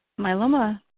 myeloma